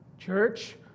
Church